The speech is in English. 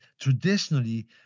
traditionally